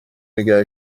نگه